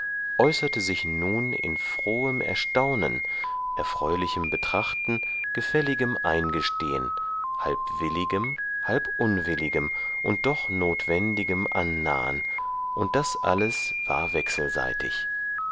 äußerte sich nun in frohem erstaunen erfreulichem betrachten gefälligem eingestehen halb willigem halb unwilligem und doch notwendigem annahen und das alles war wechselseitig